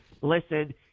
listen